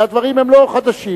והדברים הם לא חדשים.